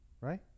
right